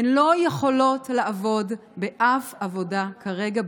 הן לא יכולות לעבוד באף עבודה כרגע,